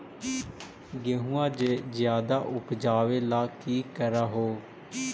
गेहुमा ज्यादा उपजाबे ला की कर हो?